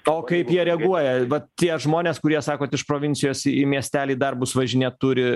o kaip jie reaguoja vat tie žmonės kurie sakot iš provincijos į miestelį darbus važinėt turi